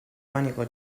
manico